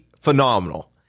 phenomenal